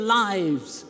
lives